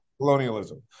colonialism